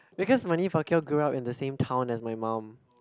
because Manny-Pacquiao grew up in the same town as my mum